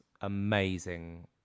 amazing